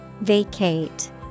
vacate